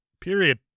Period